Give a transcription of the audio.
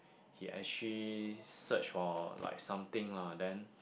he actually search for like something lah then